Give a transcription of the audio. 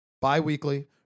bi-weekly